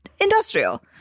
industrial